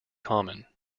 common